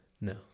No